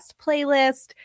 playlist